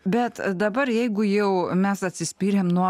bet dabar jeigu jau mes atsispyrėm nuo